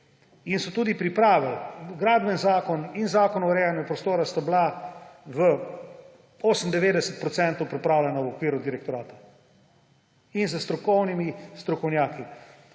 In so tudi pripravili. Gradbeni zakon in Zakon o urejanju prostora sta bila v 98 % pripravljena v okviru direktorata in s strokovnimi strokovnjaki.